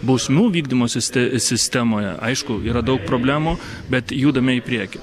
bausmių vykdymo siste sistemoje aišku yra daug problemų bet judame į priekį